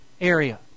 area